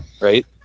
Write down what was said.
Right